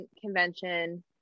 convention